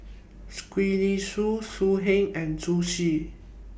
Gwee Li Sui So Heng and Zhu Xu